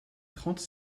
trente